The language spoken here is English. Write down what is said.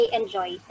enjoy